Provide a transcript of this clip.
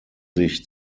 sich